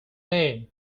name